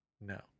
No